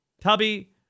Tubby